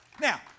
Now